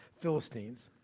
Philistines